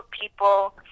people